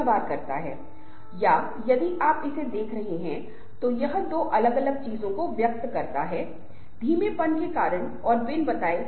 वह एक मनोवैज्ञानिक हैं उन्होंने समूह के विकास के चरण को पांच स्टेजेस में बांटा था